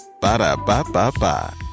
Ba-da-ba-ba-ba